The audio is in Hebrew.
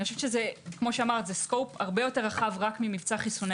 וזה מנעד זה הרבה יותר רחב רק ממבצע חיסוני